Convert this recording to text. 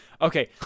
okay